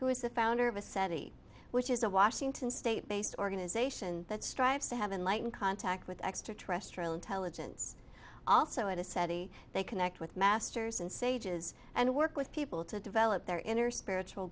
who is the founder of a seti which is a washington state based organization that strives to have enlightened contact with extraterrestrial intelligence also at a seti they connect with masters and sages and work with people to develop their inner spiritual